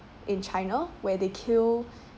in china where they kill